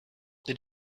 did